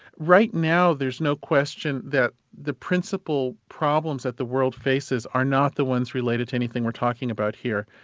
right now there's no question that the principal problems that the world faces are not the ones related to anything we're talking about here.